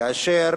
כאשר